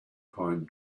pine